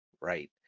right